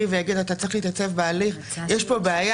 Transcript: ויגיד לו להתייצב בהליך כי יש פה בעיה,